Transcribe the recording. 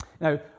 Now